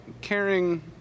caring